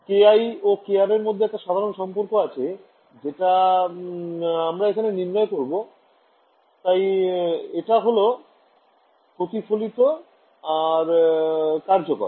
kiও krএর মধ্যে একটা সাধারণ সম্পর্ক আছে যেটা আমরা এখানে নির্ণয় করবো তাই এটা হল প্রতিফলিত আর কার্যকর